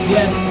Yes